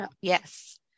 yes